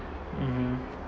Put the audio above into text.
mm